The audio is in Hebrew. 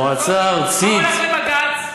מה הוא הלך לבג"ץ?